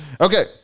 Okay